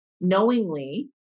knowingly